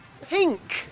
Pink